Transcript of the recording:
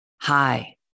Hi